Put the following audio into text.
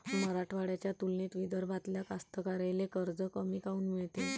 मराठवाड्याच्या तुलनेत विदर्भातल्या कास्तकाराइले कर्ज कमी काऊन मिळते?